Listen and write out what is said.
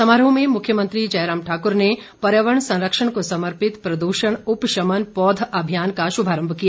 समारोह में मुख्यमंत्री जयराम ठाकुर ने पर्यावरण संरक्षण को समर्पित प्रदूषण उपशमन पौध अभियान का शुभारम्भ किया